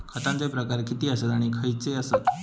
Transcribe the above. खतांचे प्रकार किती आसत आणि खैचे आसत?